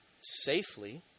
safely